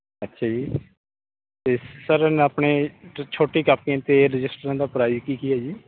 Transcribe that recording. ਅੱਛਾ ਜੀ ਅਤੇ ਸਰ ਆਪਣੇ ਛੋਟੀ ਕਾਪੀਆਂ ਅਤੇ ਰਜਿਸਟਰਾਂ ਦਾ ਪ੍ਰਾਈਜ ਕੀ ਕੀ ਹੈ ਜੀ